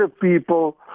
people